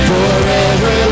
Forever